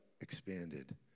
expanded